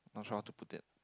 ultra how to put it